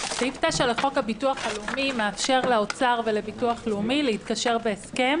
חוק הביטוח הלאומי מאפשר לאוצר ולביטוח הלאומי להיקשר בהסכם